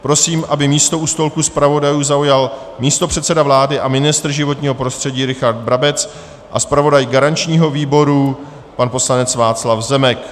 Prosím, aby místo u stolku zpravodajů zaujal místopředseda vlády a ministr životního prostředí Richard Brabec a zpravodaj garančního výboru pan poslanec Václav Zemek.